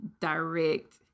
direct